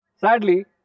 Sadly